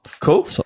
cool